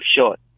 short